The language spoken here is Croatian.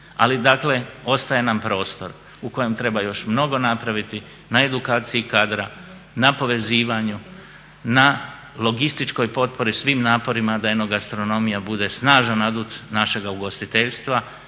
Ali dakle ostaje nam prostor u kojem treba još mnogo napraviti na edukaciji kadra, na povezivanju, na logističkoj potpori svim naporima da eno gastronomija bude snažan adut našega ugostiteljstva